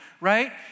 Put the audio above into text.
right